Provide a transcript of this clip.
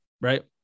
Right